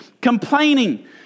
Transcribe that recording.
complaining